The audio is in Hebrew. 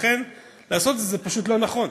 ולכן לעשות את זה זה פשוט לא נכון.